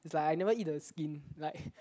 it's like I never eat the skin like